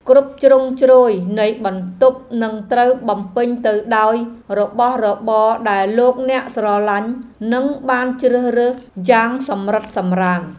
គ្រប់ជ្រុងជ្រោយនៃបន្ទប់នឹងត្រូវបំពេញទៅដោយរបស់របរដែលលោកអ្នកស្រឡាញ់និងបានជ្រើសរើសយ៉ាងសម្រិតសម្រាំង។